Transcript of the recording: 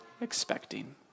expecting